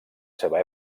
seva